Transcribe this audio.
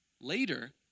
Later